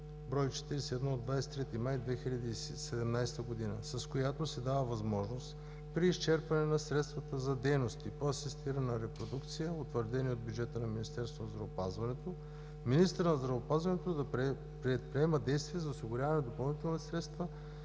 бр. 41 от 23 май 2017 г., с която се дава възможност при изчерпване на средствата за дейности по асистирана репродукция, утвърдени от бюджета на Министерството на здравеопазването, министърът на здравеопазването да предприема действия за осигуряване на допълнителни средства,